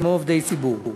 כמו עובדי ציבור.